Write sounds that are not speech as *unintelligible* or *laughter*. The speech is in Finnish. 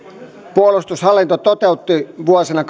puolustushallinto toteutti vuosina *unintelligible*